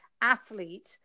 athlete